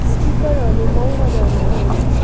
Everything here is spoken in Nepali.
स्पिकरहरू मौन गर्नुहोस्